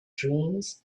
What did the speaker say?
dreams